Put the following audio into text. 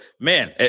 man